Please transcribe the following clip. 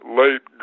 late